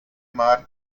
mari